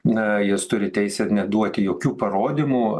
na jis turi teisę neduoti jokių parodymų